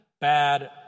bad